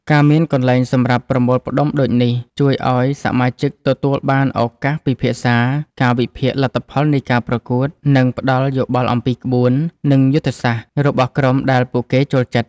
ការមានកន្លែងសម្រាប់ប្រមូលផ្តុំដូចនេះ ជួយឲ្យសមាជិកទទួលបានឱកាសពិភាក្សា ការវិភាគលទ្ធផលនៃការប្រកួត និងផ្តល់យោបល់អំពីក្បួន និងយុទ្ធសាស្ត្ររបស់ក្រុមដែលពួកគេចូលចិត្ត។